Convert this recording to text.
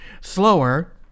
slower